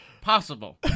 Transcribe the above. possible